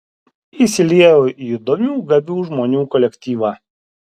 įsiliejau į įdomių gabių žmonių kolektyvą